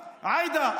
עאידה,